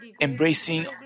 embracing